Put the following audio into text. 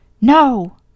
No